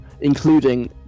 including